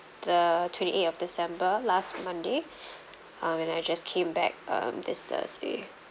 the twenty eighth of december last monday um when I just came back um this thursday